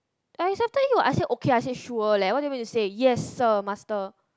I accepted you I said okay I said sure leh what did you want me to say yes sir master